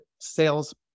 sales